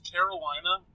Carolina